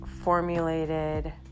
formulated